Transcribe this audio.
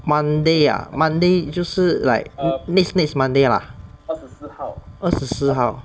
monday ah monday 就是 like next next monday lah 二十四号